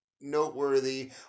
noteworthy